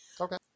okay